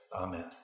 amen